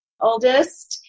oldest